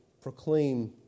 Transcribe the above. proclaim